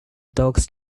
dogs